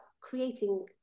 creating